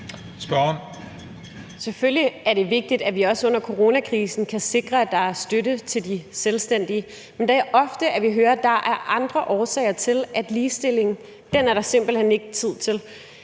Selvfølgelig er det vigtigt, at vi også under coronakrisen kan sikre, at der er støtte til de selvstændige, men vi hører ofte, at der er andre årsager til, at der simpelt hen ikke er tid til